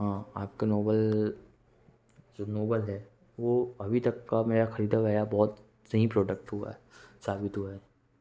हाँ आपका नोबल जो नोबल है वो अभी तक का मेरा खरीदा गया बहुत सही प्रोडक्ट हुआ साबित हुआ है